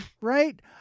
Right